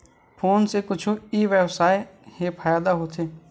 Phone से कुछु ई व्यवसाय हे फ़ायदा होथे?